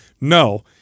No